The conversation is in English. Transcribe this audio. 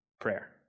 Prayer